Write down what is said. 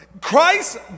Christ